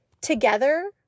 Together